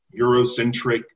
Eurocentric